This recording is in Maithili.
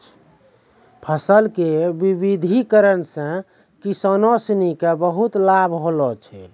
फसल के विविधिकरण सॅ किसानों सिनि क बहुत लाभ होलो छै